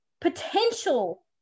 potential